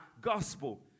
gospel